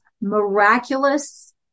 miraculous